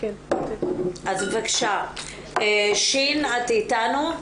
עד ש-ש' תתארגן איתנו,